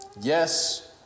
yes